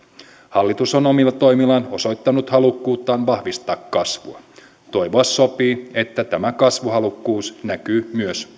hallitus on omilla toimillaan osoittanut halukkuuttaan vahvistaa kasvua toivoa sopii että tämä kasvuhalukkuus näkyy myös